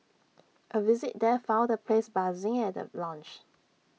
A visit there found the place buzzing at the launch